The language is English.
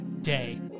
day